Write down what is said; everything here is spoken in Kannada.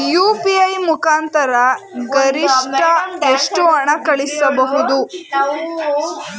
ಯು.ಪಿ.ಐ ಮುಖಾಂತರ ಗರಿಷ್ಠ ಎಷ್ಟು ಹಣ ಕಳಿಸಬಹುದು?